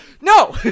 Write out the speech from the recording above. No